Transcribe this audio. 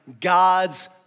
God's